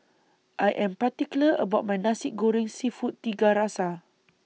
I Am particular about My Nasi Goreng Seafood Tiga Rasa